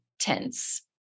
tense